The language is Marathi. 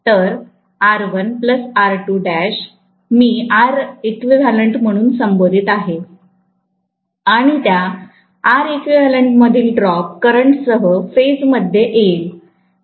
तर R1 मी Req म्हणून संबोधित आहे आणि त्या Req मधील ड्रॉप करंटसह फेजमद्धे येईल